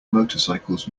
motorcycles